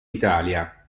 italia